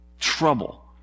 trouble